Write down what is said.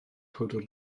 powdr